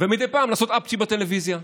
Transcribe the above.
ומדי פעם לעשות אפצ'י בטלוויזיה.